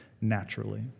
naturally